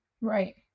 Right